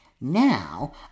Now